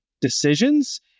decisions